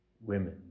women